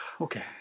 okay